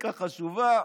פסיקה חשובה,